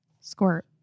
squirt